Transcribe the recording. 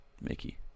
Mickey